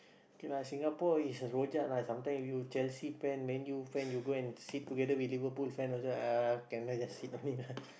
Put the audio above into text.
okay lah Singapore is a rojak lah sometime you Chelsea fan Man-U fan you go and sit together with Liverpool fan also !ah! can lah just sit only lah